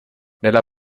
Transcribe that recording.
nella